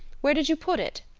where did you put it?